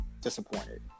disappointed